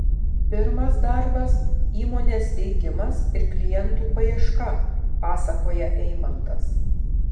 pirmas darbas įmonės steigimas ir klientų paieška pasakoja eimantas